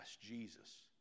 Jesus